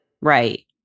right